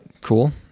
cool